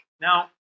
Now